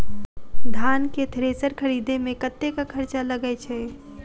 धान केँ थ्रेसर खरीदे मे कतेक खर्च लगय छैय?